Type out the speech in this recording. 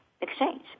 exchange